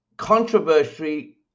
controversy